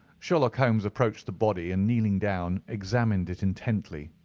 sherlock holmes approached the body, and, kneeling down, examined it intently.